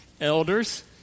elders